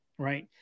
Right